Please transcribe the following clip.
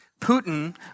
Putin